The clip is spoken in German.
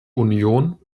union